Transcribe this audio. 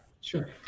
Sure